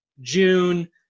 June